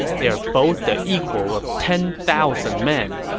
they are both the equal of ten thousand men.